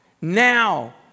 now